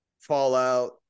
fallout